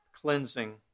cleansing